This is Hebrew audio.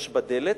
יש בה דלת,